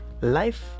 life